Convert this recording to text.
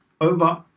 Over